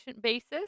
basis